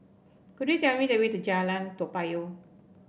could you tell me the way to Jalan Toa Payoh